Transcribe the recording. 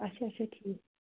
اَچھا اَچھا ٹھیٖک